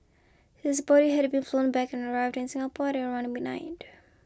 his body had been flown back and arrived in Singapore at around midnight